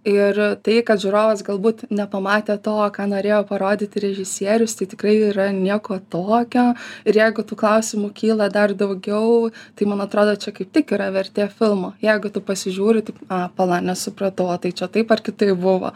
ir tai kad žiūrovas galbūt nepamatė to ką norėjo parodyti režisierius tai tikrai yra nieko tokio ir jeigu tų klausimų kyla dar daugiau tai man atrodo čia kaip tik yra vertė filmo jeigu tu pasižiūri taip a pala nesupratau o tai čia taip ar kitaip buvo